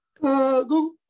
Google